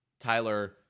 Tyler